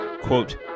quote